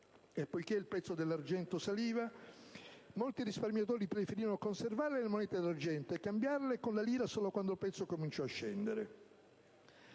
e, poiché il prezzo dell'argento saliva, molti risparmiatori preferirono conservare le monete d'argento e cambiarle con la lira solo quando il prezzo cominciò a scendere.